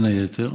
בין היתר,